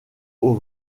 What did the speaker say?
aux